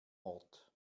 ort